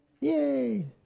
Yay